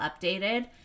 updated